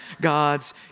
God's